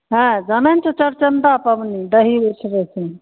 हँ जानै ने छौ चौरचंदा पबनी दही उठबै छै